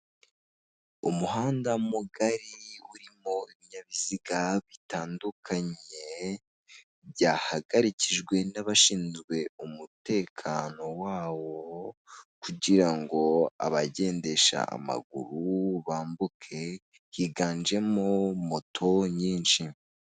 Umuhanda mugari urimo ibinyabiziga bitandukanye byahagarikijwe n'abashinze umutekano wawo kugira ngo abagendesha amaguru bambuke, higanjemo moto nyinshi.